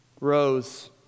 rose